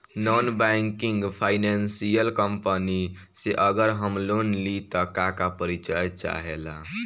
Non banking financial company से अगर हम लोन लि त का का परिचय चाहे ला?